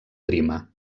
prima